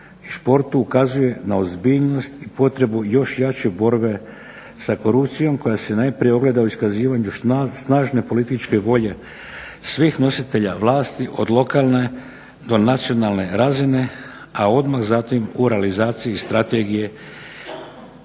športu ukazuje na ozbiljnost i potrebu još jače borbe sa korupcijom koja se najprije ogleda u iskazivanju snažne političke volje svih nositelja vlasti od lokalne do nacionalne razine, a odmah zatim u realizaciji strategije